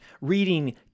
reading